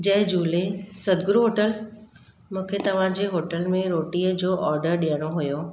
जय झूले सतगुरू होटल मूंखे तव्हांजे होटल में रोटीअ जो ऑडर ॾियणो हुओ